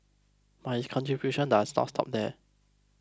but his contributions does not stop there